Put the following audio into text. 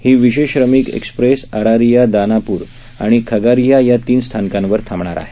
ही विशेष श्रमिक एक्सप्रेस आरारिया दानापूर पटणा आणि खागारिया या तीन स्थानकावर थांबणार आहे